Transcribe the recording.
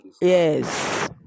yes